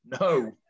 no